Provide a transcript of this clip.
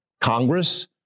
Congress